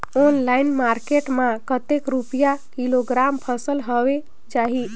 Online market मां कतेक रुपिया किलोग्राम फसल हवे जाही?